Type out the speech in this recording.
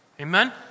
Amen